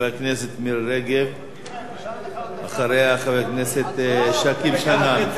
חברת הכנסת מירי רגב, אחריה, חבר הכנסת שכיב שנאן.